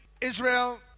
Israel